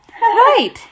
Right